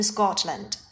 Scotland